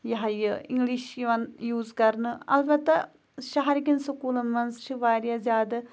یہِ ہا یہِ اِنٛگلِش یِوان یوٗز کَرنہٕ اَلبَتہ شَہرکٮ۪ن سکوٗلَن منٛز چھِ واریاہ زیادٕ